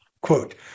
Quote